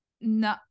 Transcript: No